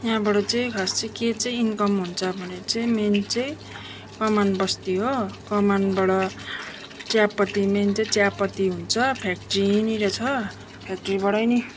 त्यहाँबाट चाहिँ खास चाहिँ के चाहिँ इन्कम हुन्छ भने चाहिँ मेन चाहिँ कमान बस्ती हो कमानबाट चियापती मेन चाहिँ चियापती हुन्छ फ्याक्ट्री यहीँनिर छ फ्याक्ट्रीबाटै नि